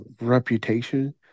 reputation